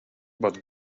but